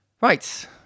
Right